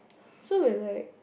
so we are like